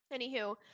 Anywho